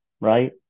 right